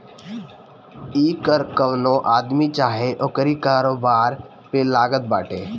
इ कर कवनो आदमी चाहे ओकरी कारोबार पे लागत बाटे